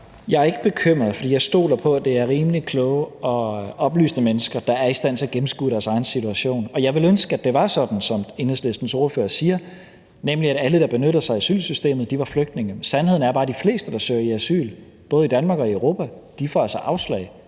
Jeg er ikke bekymret, for jeg stoler på, at det er rimelig kloge og oplyste mennesker, der er i stand til at gennemskue deres egen situation. Jeg ville ønske, at det var sådan, som Enhedslistens ordfører siger, nemlig at alle, der benytter sig af asylsystemet, var flygtninge. Sandheden er bare, at de fleste, der søger asyl – både i Danmark og i Europa – altså får afslag.